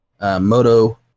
Moto